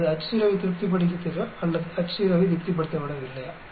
அது Ho வை திருப்திப்படுத்துகிறதா அல்லது Ho வை திருப்திப்படுத்தவில்லையா